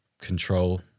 control